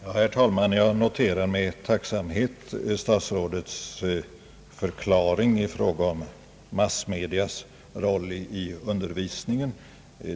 Herr talman! Jag noterar med tacksamhet statsrådets förklaring i fråga om massmedias roll i undervisningen.